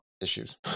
issues